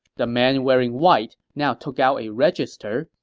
the man wearing white now took out a register,